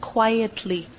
Quietly